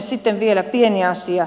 sitten vielä pieni asia